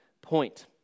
point